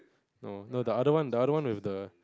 no no the other one the other one with the